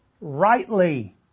rightly